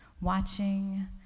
watching